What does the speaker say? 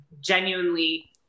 genuinely